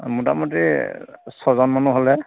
মোটামুটি ছজন মানুহ হ'লে